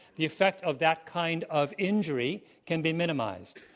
the effect of that kind of injury can be minimized.